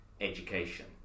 education